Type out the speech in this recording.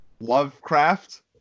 Lovecraft